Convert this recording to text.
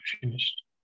finished